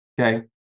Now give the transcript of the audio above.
Okay